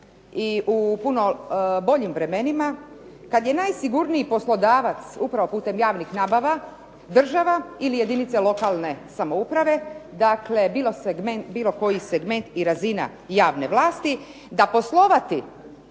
i u puno boljim vremenima, kad je najsigurniji poslodavac upravo putem javnih nabava država ili jedinice lokalne samouprave, dakle bilo koji segment i razina javne vlasti da poslovati